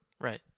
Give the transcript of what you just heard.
Right